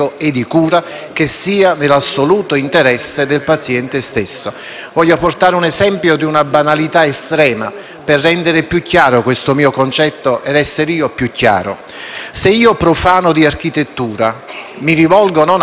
Voglio portare un esempio di una banalità estrema, per rendere più chiaro questo mio concetto e essere io più chiaro. Se io, profano di architettura, mi rivolgo, non a caso, a un *archistar*, cui dico di voler costruire un *auditorium*